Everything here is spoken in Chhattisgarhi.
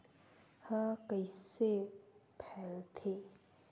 ह कइसे फैलथे?